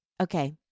Okay